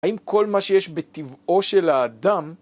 האם כל מה שיש בטבעו של האדם